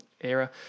era